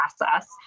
process